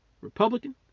Republican